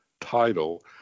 title